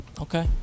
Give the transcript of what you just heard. Okay